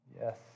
Yes